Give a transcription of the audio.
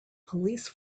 police